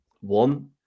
one